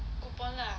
coupon lah